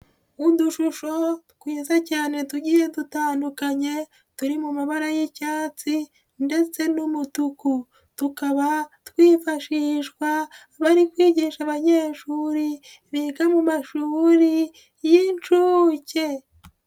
Udushusho twiza cyane tugiye dutandukanye turi mu mabara y'icyatsi ndetse n'umutuku. Tukaba twifashishwa bari kwigisha abanyeshuri biga mu mashuri y'inshuke.